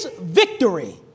victory